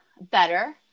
better